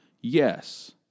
Yes